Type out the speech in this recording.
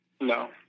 No